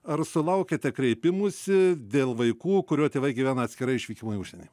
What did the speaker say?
ar sulaukiate kreipimųsi dėl vaikų kurių tėvai gyvena atskirai išvykimo į užsienį